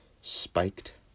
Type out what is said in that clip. spiked